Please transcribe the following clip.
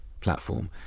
platform